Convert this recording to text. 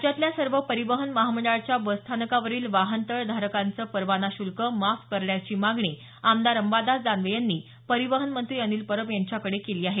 राज्यातल्या सर्व परिवहन महामंडळाच्या बसस्थानकावरील वाहनतळ धारकांचं परवाना शुल्क माफ करण्याची मागणी आमदार अंबादास दानवे यांनी परिवहन मंत्री अनिल परब यांच्याकडे केली आहे